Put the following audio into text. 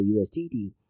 USDT